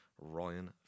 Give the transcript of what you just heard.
Ryan